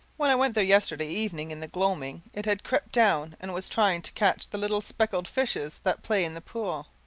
when i went there yesterday evening in the gloaming it had crept down and was trying to catch the little speckled fishes that play in the pool,